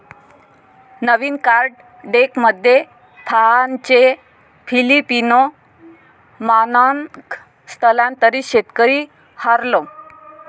नवीन card डेकमध्ये फाहानचे Filipino मानॉन्ग स्थलांतरित शेतकरी हार्लेम